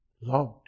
loved